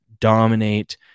dominate